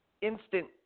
instant